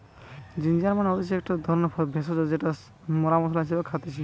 ginger মানে হতিছে একটো ধরণের ভেষজ যেটা মরা মশলা হিসেবে খাইতেছি